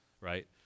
right